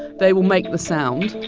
they will make the sound